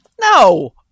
No